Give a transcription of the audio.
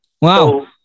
Wow